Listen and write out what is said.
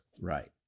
Right